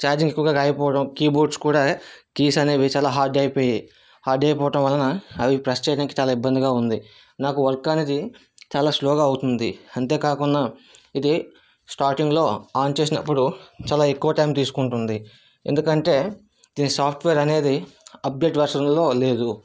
charging ఎక్కువగా కాయకపోవటం keyboards కూడా కీస్ అనేవి చాలా హార్డ్ అయిపోయాయి హార్డ్ గా అయిపోవటం వలన అవి ప్రెస్ చేయటానికి చాలా ఇబ్బందిగా ఉంది నాకు వర్క్ అనేది చాలా స్లో గా అవుతుంది అంతేకాకున్న ఇది స్టార్టింగ్ లో ఆన్ చేసినప్పుడు చాలా ఎక్కువ టైం తీసుకుంటుంది ఎందుకంటే ఇది సాఫ్ట్వేర్ అనేది అప్డేట్ వర్షన్ లో లేదు